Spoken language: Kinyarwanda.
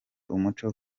umuco